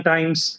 Times